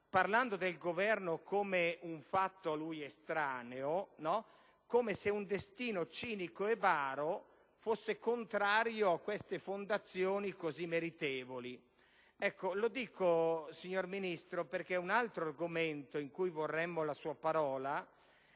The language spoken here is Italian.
parlando del Governo come un fatto a lui estraneo, come se un destino cinico e baro fosse contrario a queste fondazioni così meritevoli. Lo dico, signor Ministro, perché è un altro argomento su cui vorremmo sentire la sua parola,